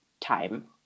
time